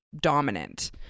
dominant